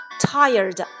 Tired